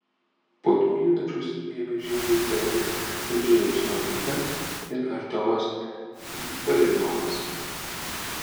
po du įvarčius vievio žiedui pelnė andžejus romeika ir artiomas barinovas